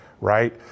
right